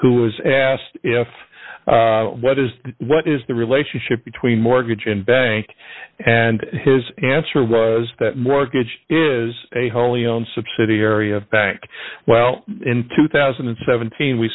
who is asked if what is the what is the relationship between mortgage and bank and his answer was that mortgage is a wholly owned subsidiary of bank well in two thousand and seventeen we